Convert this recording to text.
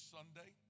Sunday